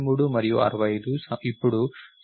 ఇప్పుడు సమస్య ఉంది